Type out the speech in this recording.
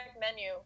menu